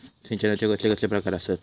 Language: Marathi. सिंचनाचे कसले कसले प्रकार आसत?